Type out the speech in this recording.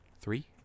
Three